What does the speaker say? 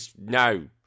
No